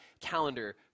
calendar